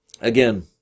Again